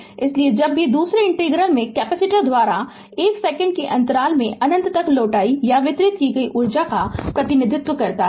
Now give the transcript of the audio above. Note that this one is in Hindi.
तो इसलिए जब भी दूसरे इंटीग्रल में कैपेसिटर द्वारा 1 सेकंड के अंतराल में अनंत तक लौटाई या वितरित की गई ऊर्जा का प्रतिनिधित्व करते हैं